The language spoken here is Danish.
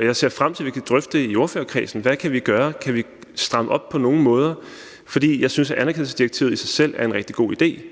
Jeg ser frem til, at vi kan drøfte det i ordførerkredsen. Hvad kan vi gøre, kan vi stramme op på nogen måde? For jeg synes, at anerkendelsesdirektivet i sig selv er en rigtig god idé.